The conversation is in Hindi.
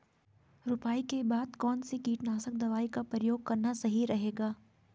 रुपाई के बाद कौन सी कीटनाशक दवाई का प्रयोग करना सही रहेगा?